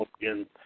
again